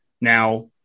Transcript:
Now